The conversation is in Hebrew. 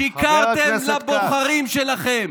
שיקרתם לבוחרים שלכם